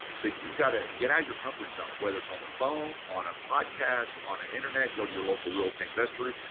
so you've got to get out of your comfort zone. whether it's on the phone, on a podcast, on an internet go to your local real estate investor group,